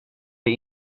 det